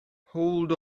hold